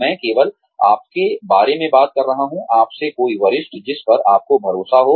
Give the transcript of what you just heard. मैं केवल आपके बारे में बात कर रहा हूं आपसे कोई वरिष्ठ जिस पर आपको भरोसा है